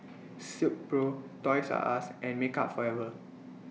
Silkpro Toys R US and Makeup Forever